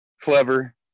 clever